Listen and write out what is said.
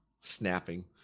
Snapping